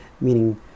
meaning